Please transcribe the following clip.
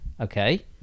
Okay